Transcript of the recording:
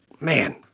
man